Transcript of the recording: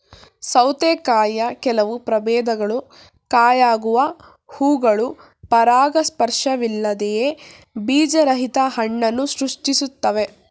ಸೌತೆಕಾಯಿಯ ಕೆಲವು ಪ್ರಭೇದಗಳು ಕಾಯಾಗುವ ಹೂವುಗಳು ಪರಾಗಸ್ಪರ್ಶವಿಲ್ಲದೆಯೇ ಬೀಜರಹಿತ ಹಣ್ಣನ್ನು ಸೃಷ್ಟಿಸ್ತವೆ